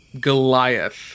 Goliath